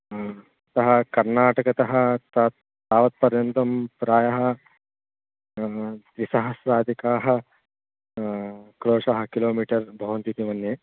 अतः कर्नाटकतः तत् तावत् पर्यन्तं प्रायः द्विसहस्राधिकाः क्रोषाः किलोमीटर् भवन्तीति मन्ये